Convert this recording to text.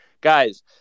guys